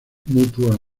mutua